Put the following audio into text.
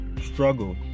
struggle